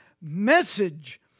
message